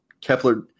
Kepler